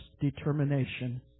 determination